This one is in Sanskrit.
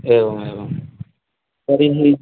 एवमेवं तर्हि